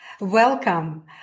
Welcome